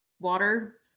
water